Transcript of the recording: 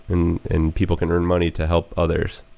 and and people can earn money to help others